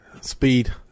speed